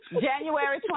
January